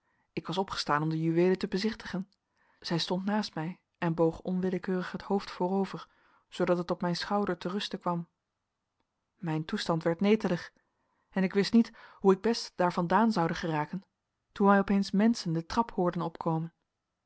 ik was opgestaan om de juweelen te bezichtigen zij stond naast mij en boog onwillekeurig het hoofd voorover zoodat het op mijn schouder te rusten kwam mijn toestand werd netelig en ik wist niet hoe ik best daar vandaan zoude geraken toen wij opeens menschen de trap hoorden opkomen